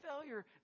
failure